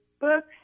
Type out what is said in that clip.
books